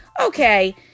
Okay